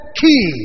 key